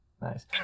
Nice